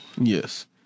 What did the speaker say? Yes